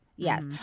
Yes